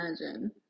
imagine